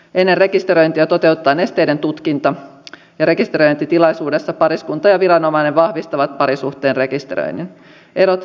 ennen rekisteröintiä toteutetaan esteiden tutkinta ja rekisteröintitilaisuudessa pariskunta ja viranomainen vahvistavat parisuhteen rekisteröinnin